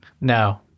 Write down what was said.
no